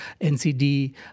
NCD